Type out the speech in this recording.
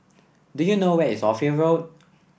do you know where is Ophir Road